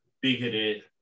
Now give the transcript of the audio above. bigoted